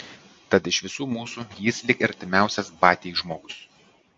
tad iš visų mūsų jis lyg ir artimiausias batiai žmogus